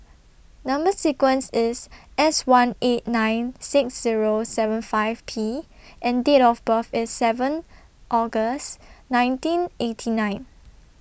Number sequence IS S one eight nine six Zero seven five P and Date of birth IS seven August nineteen eighty nine